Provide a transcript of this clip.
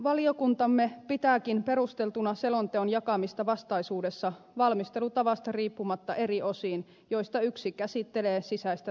valiokuntamme pitääkin perusteltuna selonteon jakamista vastaisuudessa valmistelutavasta riippumatta eri osiin joista yksi käsittelee sisäistä turvallisuutta